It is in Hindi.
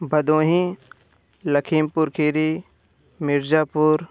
भदोही लखीमपुर खीरी मिर्ज़ापुर